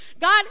God